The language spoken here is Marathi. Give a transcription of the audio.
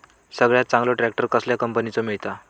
सगळ्यात चांगलो ट्रॅक्टर कसल्या कंपनीचो मिळता?